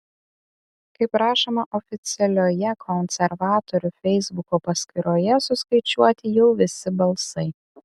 kaip rašoma oficialioje konservatorių feisbuko paskyroje suskaičiuoti jau visi balsai